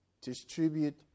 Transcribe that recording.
distribute